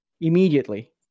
immediately